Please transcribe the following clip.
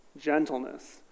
gentleness